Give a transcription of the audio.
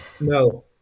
No